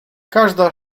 każda